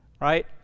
Right